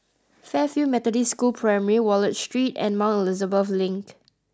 Fairfield Methodist School Primary Wallich Street and Mount Elizabeth Link